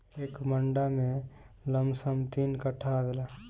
एक मंडा में लमसम तीन कट्ठा आवेला